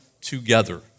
together